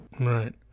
Right